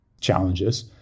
challenges